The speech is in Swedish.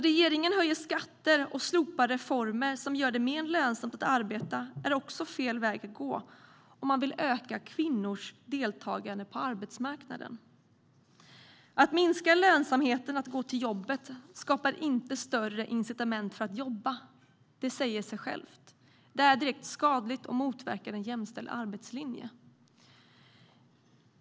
Regeringen höjer skatter och slopar reformer som gör det mer lönsamt att arbeta, och det är också fel väg att gå om man vill öka kvinnors deltagande på arbetsmarknaden. Att minska lönsamheten i att gå till jobbet skapar inte större incitament för att jobba. Det säger sig självt. Det är direkt skadligt och motverkar en jämställd arbetslinje.